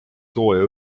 sooja